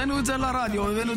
יוצא ונכנס.